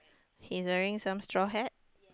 in a ring some straw hat